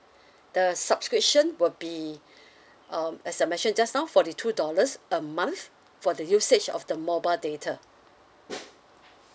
the subscription will be um as I mentioned just now forty two dollars a month for the usage of the mobile data